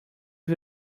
you